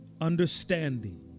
understanding